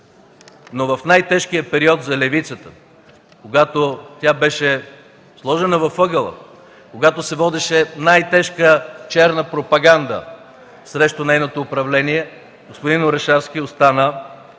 В най-тежкия период за левицата, когато тя беше сложена в ъгъла, когато се водеше най-тежка черна пропаганда срещу нейното управление, господин Орешарски остана